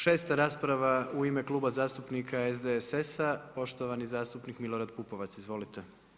Šesta rasprava u ime Kluba zastupnika SDSS-a poštovani zastupnik Milorad Pupovac, izvolite.